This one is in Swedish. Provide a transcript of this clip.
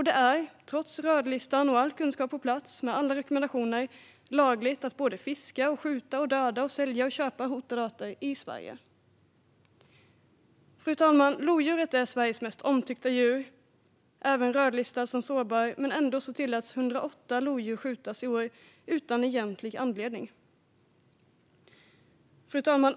Det är, trots rödlistan och all kunskap på plats med alla rekommendationer, lagligt att både fiska, skjuta, döda, sälja och köpa hotade arter i Sverige. Fru talman! Lodjuret är Sveriges mest omtyckta djur, men även rödlistat som sårbart. Ändå tilläts 108 lodjur skjutas i år, utan egentlig anledning.